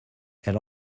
elle